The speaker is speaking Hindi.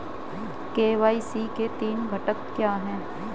के.वाई.सी के तीन घटक क्या हैं?